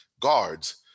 guards